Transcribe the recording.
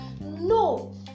No